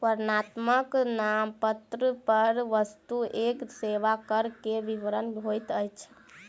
वर्णनात्मक नामपत्र पर वस्तु एवं सेवा कर के विवरण होइत अछि